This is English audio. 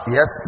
Yes